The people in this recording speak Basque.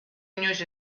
inoiz